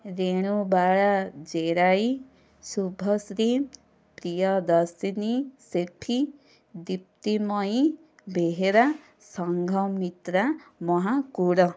Renubala Jerai Subhashree Priyadarshini Sethi Diptimayee Behera Sanghamitra Mahakud